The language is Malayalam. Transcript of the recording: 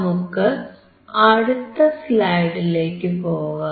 നമുക്ക് അടുത്ത സ്ലൈഡിലേക്കു പോകാം